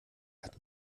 hat